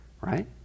right